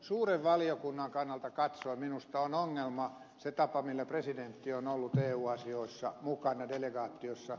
suuren valiokunnan kannalta katsoen minusta on ongelmallinen se tapa millä presidentti on ollut eu asioissa mukana delegaatioissa